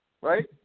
right